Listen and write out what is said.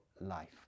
life